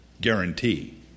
guarantee